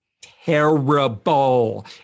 terrible